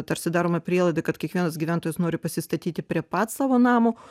tarsi daroma prielaida kad kiekvienas gyventojas nori pasistatyti prie pat savo namo